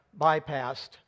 bypassed